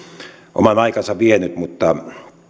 oman aikansa on vienyt mutta